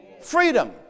freedom